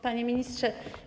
Panie Ministrze!